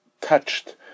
touched